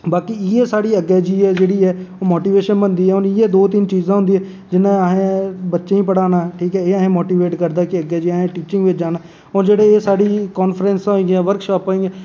बाकी इ'यै साढ़ी अग्गें जेह्ड़ी ऐ मोटिवेशन बनदी इ'यै दो तिन चीज़ां बनदियां जि'यां असें बच्चें गी पढ़ाना ठीक ऐ एह् असेंगी मोटिवेट करदा ऐ की अग्गें जाइयै असें टीचिंग बिच जाना होर जेह्के एह् साढ़ी कांफ्रैंसां होइयां वर्कशापां होइयां